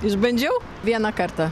išbandžiau vieną kartą